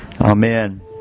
Amen